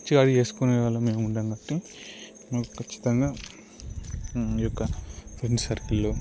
చే అది చేసుకునేవాళ్ళం మేము దాన్నిబట్టి మేము ఖచ్చితంగా ఈ యొక్క ఫ్రెండ్ సర్కిల్లో